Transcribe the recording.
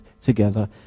together